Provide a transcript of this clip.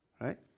Right